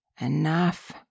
Enough